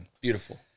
Beautiful